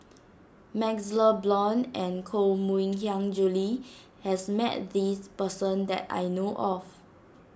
MaxLe Blond and Koh Mui Hiang Julie has met this person that I know of